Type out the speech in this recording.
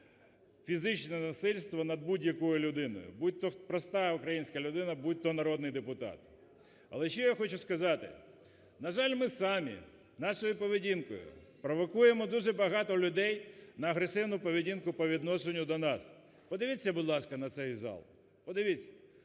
фізичне насильство над будь-якою людиною, будь то проста українська людина, будь то народний депутат. І ще я хочу сказати, на жаль, ми самі, нашою поведінкою провокуємо дуже багато людей на агресивну поведінку по відношенню до нас. Подивіться, будь ласка, на цей зал. Подивіться: